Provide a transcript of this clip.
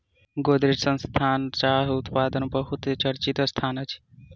गोदरेज संस्थान चाह उत्पादनक बहुत चर्चित संस्थान अछि